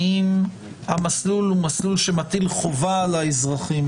האם המסלול הוא מסלול שמטיל חובה על האזרחים